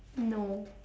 no